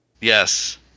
Yes